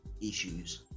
issues